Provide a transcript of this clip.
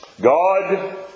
God